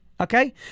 okay